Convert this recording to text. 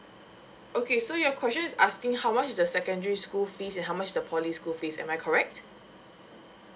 okay so your question is asking how much is the secondary school fees and how much the poly school fees am I correct